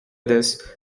this